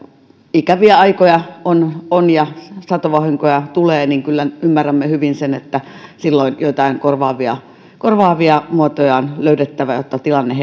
ikäviä aikoja on on ja satovahinkoja tulee niin kyllä ymmärrämme hyvin sen että silloin joitain korvaavia korvaavia muotoja on löydettävä jotta tilanne